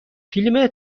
فیلم